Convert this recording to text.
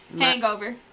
Hangover